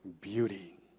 beauty